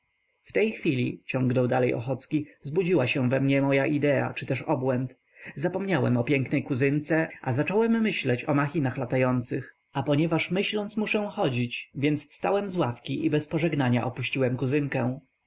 w tej chwili ciągnął dalej ochocki zbudziła się we mnie moja idea czy mój obłęd zapomniałem o pięknej kuzynce a zacząłem myśleć o machinach latających a ponieważ myśląc muszę chodzić więc wstałem z ławki i bez pożegnania opuściłem kuzynkę